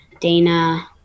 Dana